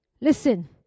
Listen